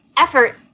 effort